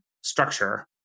structure